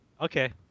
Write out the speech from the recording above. okay